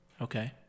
Okay